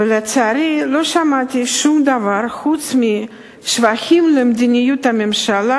ולצערי לא שמעתי שום דבר חוץ משבחים למדיניות הממשלה,